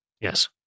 Yes